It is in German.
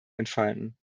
entfalten